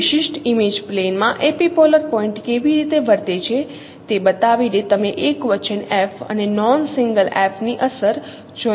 કોઈ વિશિષ્ટ image plane માં એપિપોલર પોઇન્ટ કેવી રીતે વર્તે છે તે બતાવીને તમે એકવચન F અને નોન સિંગલ F ની અસર જોઈ શકો છો